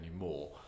anymore